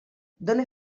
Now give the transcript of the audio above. done